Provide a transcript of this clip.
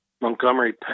Montgomery